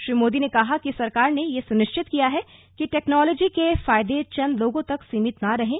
श्री मोदी ने कहा कि सरकार ने यह सुनिश्चित किया है कि टेक्नॉलोजी के फायदे चंद लोगों तक सीमित न रहें